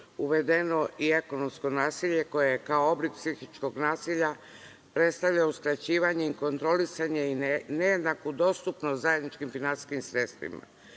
uvedeno i ekonomsko nasilje koje je kao oblik psihičkog nasilja predstavlja uskraćivanje i kontrolisanje, nejednaku dostupnost zajedničkim finansijskim sredstvima. Činjenica